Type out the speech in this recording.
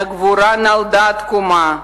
מהגבורה נולדה התקומה.